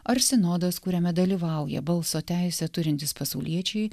ar sinodas kuriame dalyvauja balso teisę turintys pasauliečiai